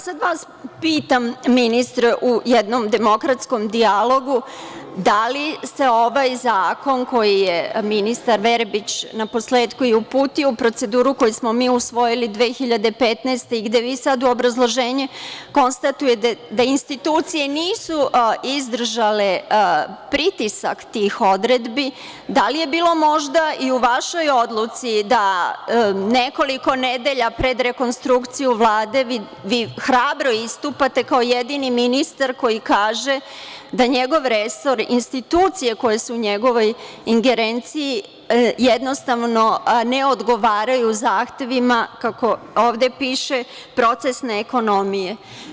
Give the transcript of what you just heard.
Sada vas pitam, ministre, u jednom demokratskom dijalogu – da li se ovaj zakon koji je ministar Verbić naposletku i uputio u proceduru, koji smo mi usvojili 2015. godine i gde vi sada u obrazloženju konstatuje da institucije nisu izdržale pritisak tih odredbi, da li je bilo možda i u vašoj odluci da nekoliko nedelja pred rekonstrukciju Vlade vi hrabro istupate kao jedini ministar koji kaže da njegov resor i institucije koje su u njegovoj ingerenciji jednostavno ne odgovaraju zahtevima, kako ovde piše, procesne ekonomije?